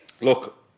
look